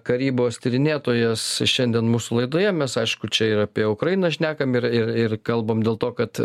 karybos tyrinėtojas šiandien mūsų laidoje mes aišku čia ir apie ukrainą šnekam ir ir ir kalbam dėl to kad